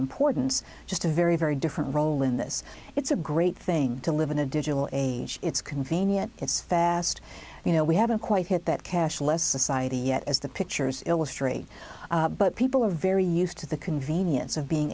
importance just a very very different role in this it's a great thing to live in a digital age it's convenient it's fast you know we haven't quite hit that cash less society yet as the pictures illustrate but people are very used to the convenience of being